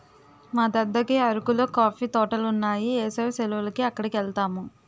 మా దద్దకి అరకులో కాఫీ తోటలున్నాయి ఏసవి సెలవులకి అక్కడికెలతాము